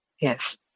yes